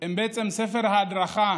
הם בעצם ספר ההדרכה